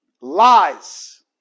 lies